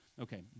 Okay